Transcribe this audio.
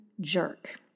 jerk